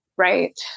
Right